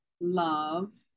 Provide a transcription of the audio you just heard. love